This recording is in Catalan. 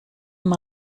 amb